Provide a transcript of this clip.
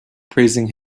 praising